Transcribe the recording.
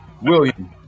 William